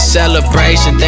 celebration